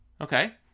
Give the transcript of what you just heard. okay